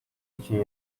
için